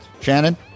Shannon